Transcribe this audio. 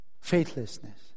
faithlessness